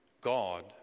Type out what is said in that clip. God